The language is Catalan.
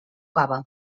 cava